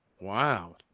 Wow